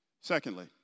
Secondly